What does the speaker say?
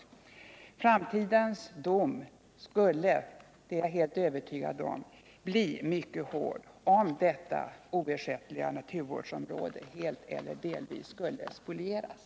Framtidens dom skulle — det är jag helt övertygad om — bli mycket hård, om detta oersättliga naturvårdsområde helt eller delvis skulle spolieras.